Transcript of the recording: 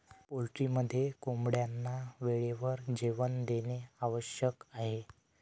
पोल्ट्रीमध्ये कोंबड्यांना वेळेवर जेवण देणे आवश्यक आहे